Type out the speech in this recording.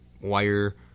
wire